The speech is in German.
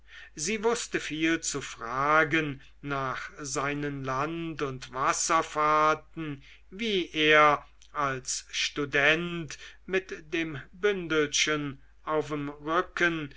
sie wußte viel zu fragen nach seinen land und wasserfahrten wie er als student mit dem bündelchen auf'm rücken